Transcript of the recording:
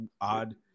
odd